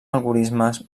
algorismes